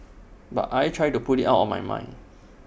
but I try to put IT out of my mind